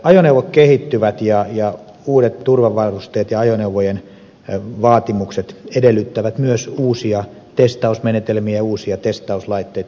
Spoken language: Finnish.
ajoneuvot kehittyvät ja uudet turvavarusteet ja ajoneuvojen vaatimukset edellyttävät myös uusia testausmenetelmiä uusia testauslaitteita